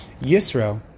Yisro